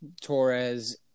Torres